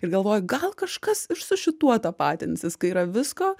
ir galvoju gal kažkas ir su šituo tapatinsis kai yra visko